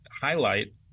highlight